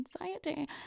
anxiety